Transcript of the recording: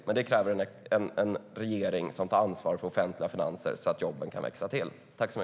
Men det kräver en regering som tar ansvar för offentliga finanser så att jobben kan växa till.